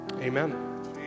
amen